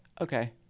okay